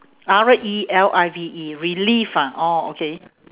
R E L I V E relive ah oh okay